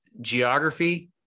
geography